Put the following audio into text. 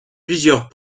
plusieurs